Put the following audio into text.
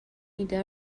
ایده